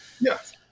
Yes